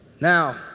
Now